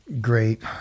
great